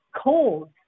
cold